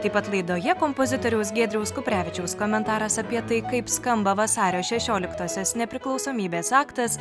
taip pat laidoje kompozitoriaus giedriaus kuprevičiaus komentaras apie tai kaip skamba vasario šešioliktosios nepriklausomybės aktas